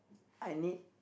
I need